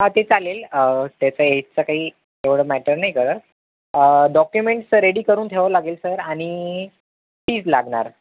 हां ते चालेल त्याचं एजचं काही एवढं मॅटर नाही करत डॉक्युमेंट्स रेडी करून ठेवावं लागेल सर आणि फीज लागणार